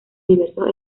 diversos